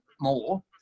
more